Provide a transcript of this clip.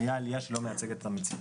היתה עלייה שלא מייצגת את המציאות.